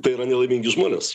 tai yra nelaimingi žmonės